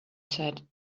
said